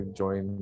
join